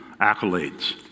accolades